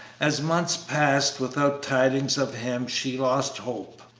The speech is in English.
as months passed without tidings of him she lost hope.